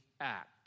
act